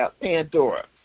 Pandora